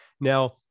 Now